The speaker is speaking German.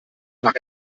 nach